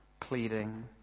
pleading